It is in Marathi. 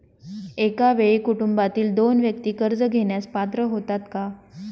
एका वेळी कुटुंबातील दोन व्यक्ती कर्ज घेण्यास पात्र होतात का?